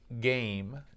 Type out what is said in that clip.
game